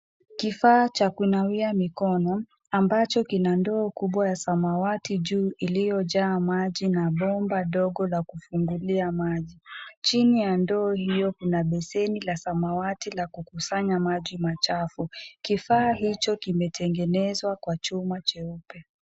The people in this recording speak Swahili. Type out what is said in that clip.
Kifaa cha kunawia mikono ambacho kina ndoo kubwa cha samawati juu iliyojaa maji na bomba ndogo ya kufungulia maji. Chini ya ndoo hilo kuna beseni la samawati la kukusanya maji machafu, kifaa hicho kimetengenezwa kwa chuma cheupe.